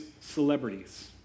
celebrities